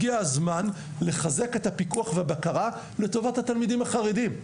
הגיע הזמן לחזק את הפיקוח והבקרה לטובת התלמידים החרדים.